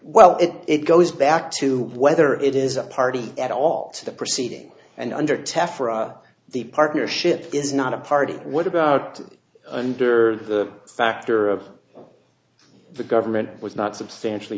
well it goes back to whether it is a party at all to the proceeding and under test for the partnership is not a party what about under the factor of the government was not substantially